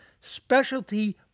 specialty